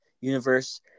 universe